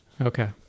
Okay